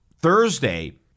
Thursday